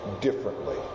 differently